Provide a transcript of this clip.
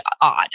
odd